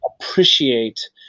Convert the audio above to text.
appreciate